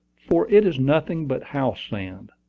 for it is nothing but house sand.